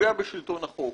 פוגע בשלטון החוק,